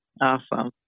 Awesome